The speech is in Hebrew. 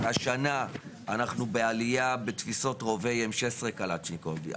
השנה אנחנו בעלייה בתפיסה של רוביM16 וקלצ'ניקוב,